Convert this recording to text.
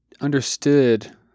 understood